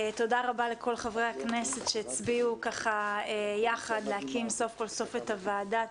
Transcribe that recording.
תודה רבה לכל חברי הכנסת שהצביעו יחד להקים סוף כל סוף את הוועדה.